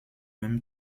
même